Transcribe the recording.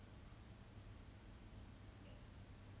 I don't know ten twenty K of people